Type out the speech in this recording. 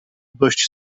dość